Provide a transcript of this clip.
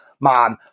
man